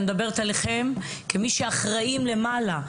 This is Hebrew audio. אני מדברת עליכם כמי שאחראים למעלה.